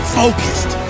focused